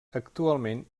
actualment